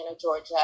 Georgia